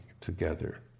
together